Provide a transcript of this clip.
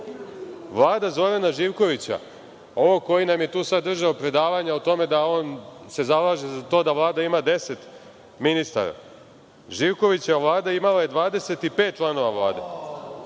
Vlada Zorana Živkovića, ovog koji nam je tu sad držao predavanja o tome da se on zalaže za to da Vlada ima 10 ministara, Živkovićeva Vlada imala je 25 članova Vlade.